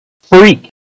freak